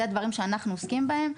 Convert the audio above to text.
זה דברים שאנחנו עוסקים בהם,